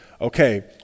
okay